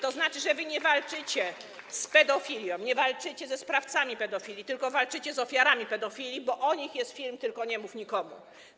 To znaczy, że wy nie walczycie z pedofilią, nie walczycie ze sprawcami pedofilii, tylko walczycie z ofiarami pedofilii, bo o nich jest film „Tylko nie mów nikomu”